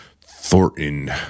Thornton